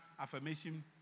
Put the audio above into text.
affirmation